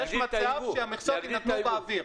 יש מצב שהמכסות יינתנו באוויר.